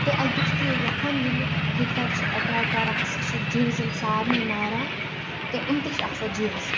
تہ اَکہِ دوہ چھِ یہِ لیٚکھان ییٚلہ ہِٹلَر چھُ اَٹیک کَران سُہ چھُ جِوزَن سارنٕے ماران تہ یِم تہ چھِ آسان جِوٕز